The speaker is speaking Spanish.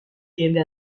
tiende